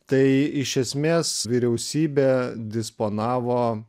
tai iš esmės vyriausybė disponavo